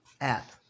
app